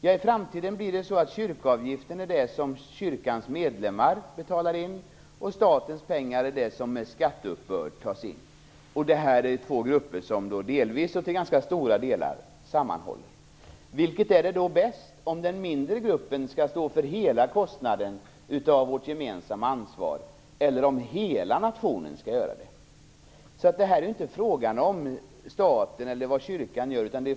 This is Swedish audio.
Ja, i framtiden blir det så att kyrkoavgiften är det som kyrkans medlemmar betalar in och statens pengar är det som tas in med skatteuppbörd. Det här är två grupper som delvis och till ganska stora delar sammanfaller. Vilket är då bäst, att den mindre gruppen skall stå för hela kostnaden för vårt gemensamma ansvar eller att hela nationen skall göra det? Det här är inte en fråga om vad staten gör och vad kyrkan gör.